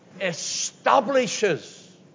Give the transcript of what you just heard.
establishes